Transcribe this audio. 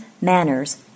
manners